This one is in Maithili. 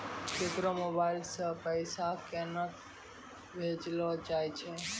केकरो मोबाइल सऽ पैसा केनक भेजलो जाय छै?